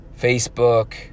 Facebook